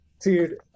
Dude